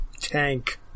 tank